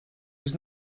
was